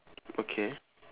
okay